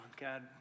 God